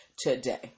today